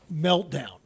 meltdown